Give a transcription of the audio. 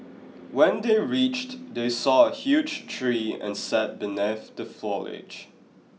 when they reached they saw a huge tree and sat beneath the foliage